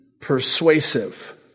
persuasive